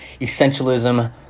essentialism